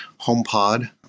HomePod